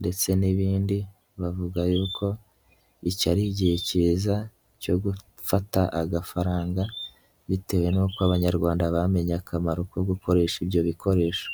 ndetse n'ibindi, bavuga yuko iki ari igihe cyiza, cyo gufata agafaranga, bitewe n'uko Abanyarwanda bamenye akamaro ko gukoresha ibyo bikoresho.